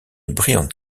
brillante